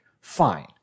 fine